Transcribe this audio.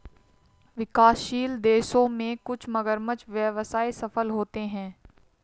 विकासशील देशों में कुछ मगरमच्छ व्यवसाय सफल होते हैं